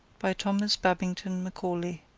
by thomas babington macaulay